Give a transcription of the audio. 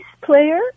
player